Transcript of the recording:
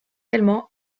également